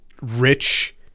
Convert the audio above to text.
rich